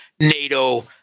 NATO